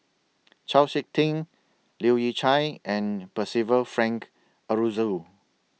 Chau Sik Ting Leu Yew Chye and Percival Frank Aroozoo